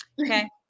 Okay